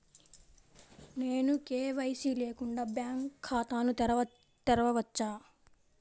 నేను కే.వై.సి లేకుండా బ్యాంక్ ఖాతాను తెరవవచ్చా?